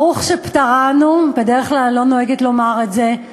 ברוך שפטרנו, בדרך כלל אני לא נוהגת לומר את זה,